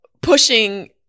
pushing